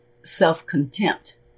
self-contempt